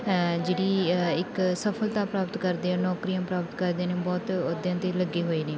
ਜਿਹੜੀ ਇੱਕ ਸਫ਼ਲਤਾ ਪ੍ਰਾਪਤ ਕਰਦੇ ਆ ਨੌਕਰੀਆਂ ਪ੍ਰਾਪਤ ਕਰਦੇ ਨੇ ਬਹੁਤ ਅਹੁਦਿਆਂ 'ਤੇ ਲੱਗੇ ਹੋਏ ਨੇ